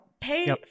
pay